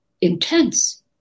intense